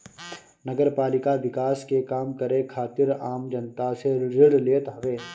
नगरपालिका विकास के काम करे खातिर आम जनता से ऋण लेत हवे